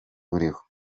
buriho